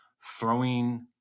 throwing